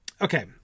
okay